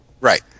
Right